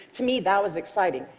to me that was exciting.